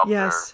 Yes